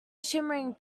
shimmering